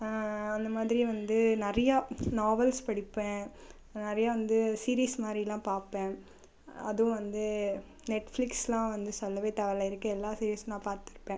அந்த மாதிரி வந்து நிறையா நாவல்ஸ் படிப்பேன் நிறையா வந்து சீரீஸ் மாதிரில்லாம் பார்ப்பேன் அதுவும் வந்து நெட்ஃபிளிக்ஸ்லாம் வந்து சொல்லவே தேவையில்ல இருக்கிற எல்லா சீரீஸும் நான் பார்த்துருப்பேன்